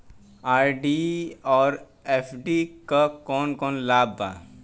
RD और FD क कौन कौन लाभ बा?